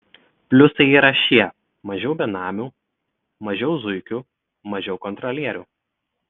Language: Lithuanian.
pliusai yra šie mažiau benamių mažiau zuikių mažiau kontrolierių